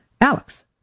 Alex